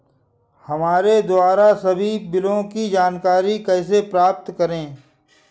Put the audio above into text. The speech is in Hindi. हमारे द्वारा सभी बिलों की जानकारी कैसे प्राप्त करें?